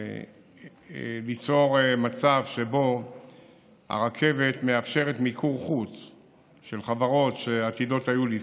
ליצור מצב שבו הרכבת מאפשרת מיקור חוץ של חברות שעתידות היו לזכות,